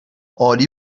عالی